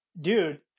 dude